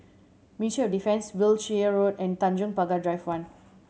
Ministry of Defence Wiltshire Road and Tanjong Pagar Drive One